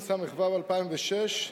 התשס"ו 2006,